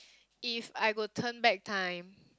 if I will turn back time